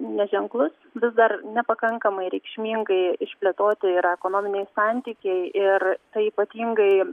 neženklus vis dar nepakankamai reikšmingai išplėtoti yra ekonominiai santykiai ir tai ypatingai